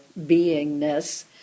beingness